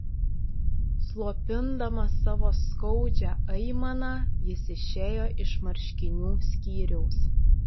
slopindamas savo skaudžią aimaną jis išėjo iš marškinių skyriaus